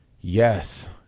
yes